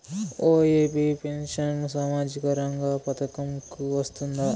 OAP pension సామాజిక రంగ పథకం కు వస్తుందా?